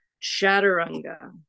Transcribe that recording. chaturanga